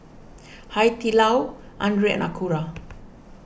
Hai Di Lao andre and Acura